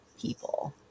people